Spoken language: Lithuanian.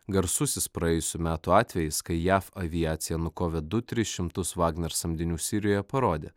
garsusis praėjusių metų atvejis kai jav aviacija nukovė du tris šimtus vagner samdinių sirijoje parodė